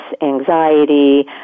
anxiety